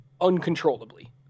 uncontrollably